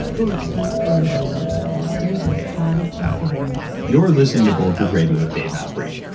bulletproof radio, a state of high performance you are listening to bulletproof radio with dave osprey.